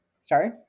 Sorry